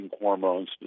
hormones